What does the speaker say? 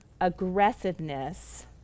aggressiveness